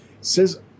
says